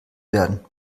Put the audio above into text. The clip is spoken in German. werden